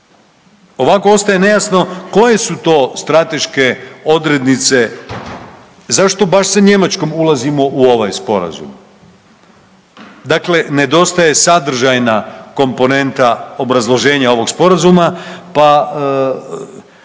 Ovako ostaje nejasno koje su to strateške odrednice, zašto baš sa Njemačkom ulazimo u ovaj Sporazum? Dakle, nedostaje sadržajna komponenta obrazloženja ovog Sporazuma pa